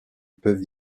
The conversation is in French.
peuvent